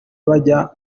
bajya